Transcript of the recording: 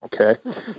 Okay